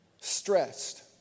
Stressed